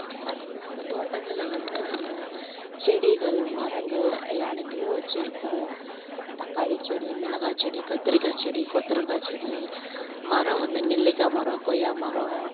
ஃபஸ்ட்டில் எங்கள் தோட்டத்தில் வந்து நாங்கள் செடிகள் மரங்கள் இது அனைத்துமே வச்சிருக்கோம் தக்காளி செடி மிளகாய் செடி கத்திரிக்காய் செடி கொத்தரங்காய் செடி மரம் வந்து நெல்லிக்காய் மரம் கொய்யா மரம்